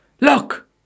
Look